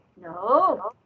No